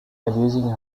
abusing